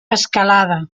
escalada